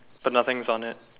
but nothing's on it